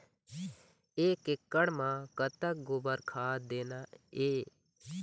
एक एकड़ म कतक गोबर खाद देना ये?